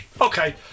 Okay